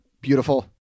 beautiful